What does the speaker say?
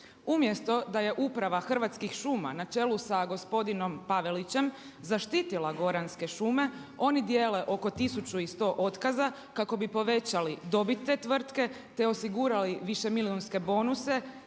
Umjesto da je uprava Hrvatskih šuma na čelu sa gospodinom Pavelićem, zaštitila goranske šume, oni dijele oko tisuću i sto otkaza kako bi povećala dobit te tvrtke, te osigurali višemilijunske bonuse,